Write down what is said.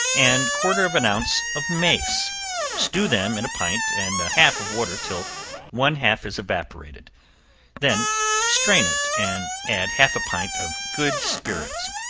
and quarter of an ounce of mace stew them in a pint and a half of water till one half is evaporated then strain it and add half a pint of good spirits.